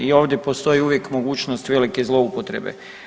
I ovdje postoji uvijek mogućnost velike zloupotrebe.